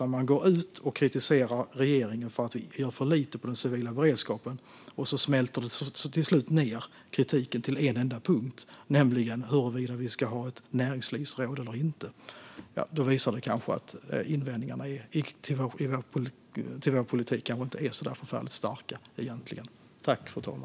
När man går ut och kritiserar regeringen för att göra för lite för den civila beredskapen smälter kritiken till slut ned till en enda punkt, nämligen huruvida vi ska ha ett näringslivsråd eller inte. Det visar kanske att invändningarna mot vår politik inte är så förfärligt starka.